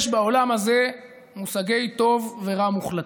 יש בעולם הזה מושגי טוב ורע מוחלטים.